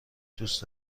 دوست